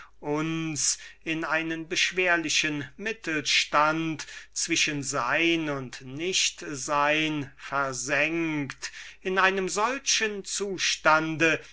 in einen beschwerlichen mittelstand zwischen sein und nichtsein versenkt in einem solchen zustande